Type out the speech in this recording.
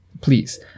Please